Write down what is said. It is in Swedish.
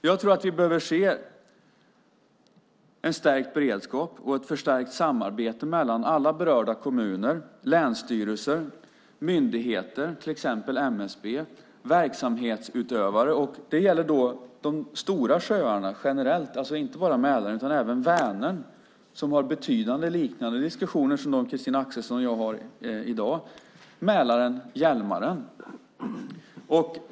Jag tror att vi behöver se en stärkt beredskap och ett förstärkt samarbete mellan alla berörda kommuner, länsstyrelser, myndigheter, till exempel MSB, och verksamhetsutövare. Det gäller då de stora sjöarna, generellt, alltså inte bara Mälaren. Det gäller även Vänern, där man har betydande diskussioner liknande dem som Christina Axelsson och jag har i dag. Det handlar om Mälaren och Hjälmaren.